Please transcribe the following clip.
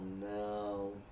no